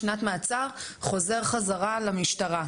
שנת מעצר, חזור חזרה למשטרה.